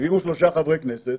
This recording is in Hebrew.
73 חברי כנסת,